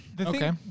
Okay